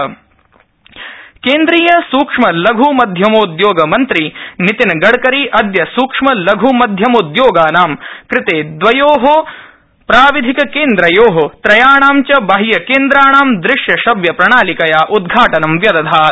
गडकरी केन्द्रीय सुक्ष्म लघ मध्यमोदयोगमन्त्री नितिनगडकरी अदय सुक्ष्मलघुमध्यमोदयागानां कृते दवयो प्राविधिक केन्द्रयो त्रयाणां च बाह्यकेन्द्राणाम् दृश्यश्रव्यप्रणालिकया उद्घाटनं व्यदधात्